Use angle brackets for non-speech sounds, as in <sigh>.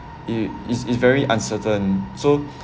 it is is very uncertain so <breath>